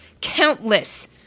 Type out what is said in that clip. countless